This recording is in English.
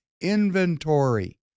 inventory